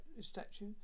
statue